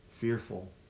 fearful